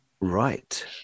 Right